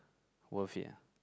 worth it ah